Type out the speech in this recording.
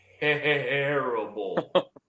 Terrible